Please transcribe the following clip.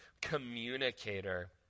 communicator